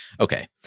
Okay